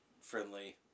friendly